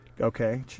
Okay